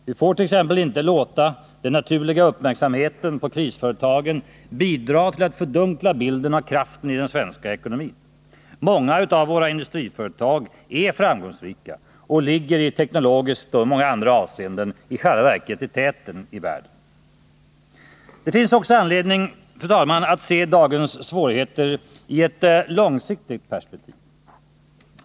Vi får t.ex. inte låta den naturliga uppmärksamheten på krisföretagen bidra till att fördunkla bilden av kraften i den svenska ekonomin. Många av våra industriföretag är framgångsrika och ligger teknologiskt och i många andra avseenden i själva verket i täten i världen. Det finns också anledning, fru talman, att se dagens svårigheter i ett « långsiktigt perspektiv.